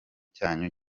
cyanyu